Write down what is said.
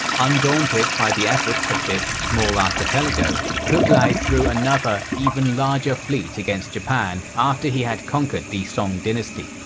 undaunted by the efforts of this small archipelago, kublai threw another, even larger fleet against japan after he had conquered the song dynasty.